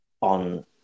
on